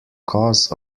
cause